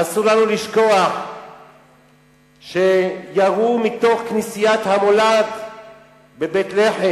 אסור לנו לשכוח שירו מתוך כנסיית המולד בבית-לחם,